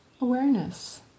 awareness